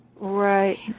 Right